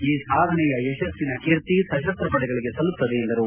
ಈ ಸಾಧನೆಯ ಯಶಸ್ಸಿನ ಕೀರ್ತಿ ಸಶಸ್ತ ಪಡೆಗಳಗೆ ಸಲ್ಲುತ್ತದೆ ಎಂದರು